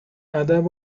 ادب